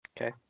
Okay